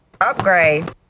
Upgrade